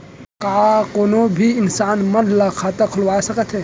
का कोनो भी इंसान मन ला खाता खुलवा सकथे?